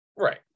Right